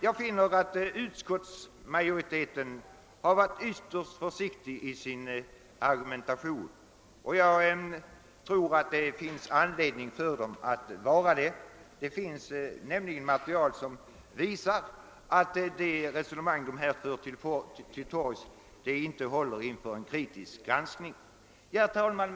Jag finner att utskottsmajoriteten varit ytterst försiktig i sin argumentation. Jag tror också att det finns anledning för den att vara det. Det finns nämligen material som visar att det resonemang som den för till torgs inte håller inför en kritisk granskning. Herr talman!